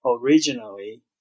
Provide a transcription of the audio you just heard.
originally